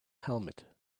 helmet